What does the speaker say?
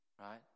right